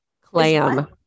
clam